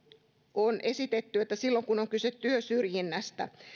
on esitetty että silloin kun on kyse työsyrjinnästä